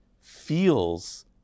feels